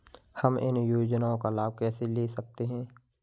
हम इन योजनाओं का लाभ कैसे ले सकते हैं?